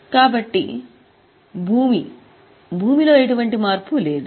కాబట్టి భూమికి ఎటువంటి మార్పు పరికరాలు లేవు